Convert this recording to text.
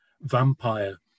vampire